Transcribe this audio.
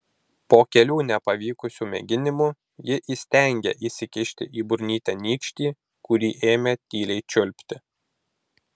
po kelių nepavykusių mėginimų ji įstengė įsikišti į burnytę nykštį kurį ėmė tyliai čiulpti